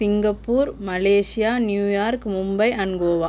Singapore Malaysia New York Mumbai and Goa